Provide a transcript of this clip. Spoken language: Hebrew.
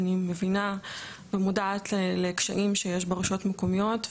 אני מבינה ומודעת לקשיים שיש ברשויות המקומיות,